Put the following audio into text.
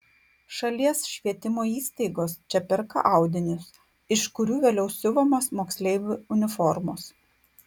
šalies švietimo įstaigos čia perka audinius iš kiurių vėliau siuvamos moksleivių uniformos